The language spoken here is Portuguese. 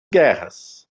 guerras